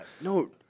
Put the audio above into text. No